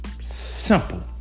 Simple